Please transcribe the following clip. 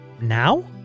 now